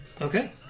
Okay